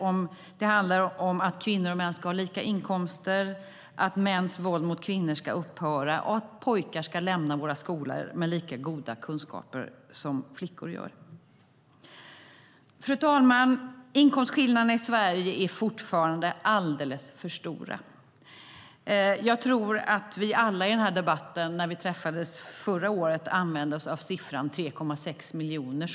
Det handlade om att kvinnor och män ska ha lika inkomster, att mäns våld mot kvinnor ska upphöra och att pojkar ska lämna våra skolor med lika goda kunskaper som flickor har. Fru talman! Inkomstskillnaderna i Sverige är fortfarande alldeles för stora. Jag tror att vi alla i den här debatten, när vi träffades förra året, använde oss av siffran 3,6 miljoner.